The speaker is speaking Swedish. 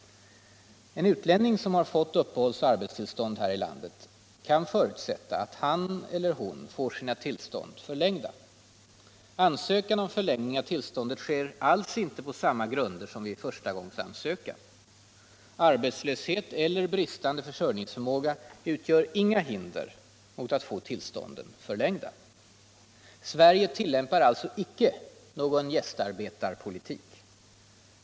En utlänning som har fått uppehållsoch arbetstillstånd här i landet kan förutsätta att han eller hon får sina tillstånd förlängda. Ansökan om förlängning av tillstånd sker alls inte på samma grunder som vid förstagångsansökan. Arbetslöshet eller bristande försörjningsförmåga utgör inga hinder mot att få tillstånden förlängda. Sverige tillämpar alltså icke någon ”gästarbetarpolitik”.